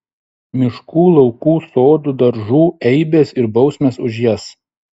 miškų laukų sodų daržų eibės ir bausmės už jas